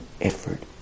effort